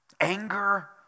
anger